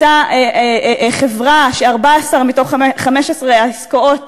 אותה חברה ש-14 מתוך 15 העסקאות,